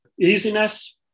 easiness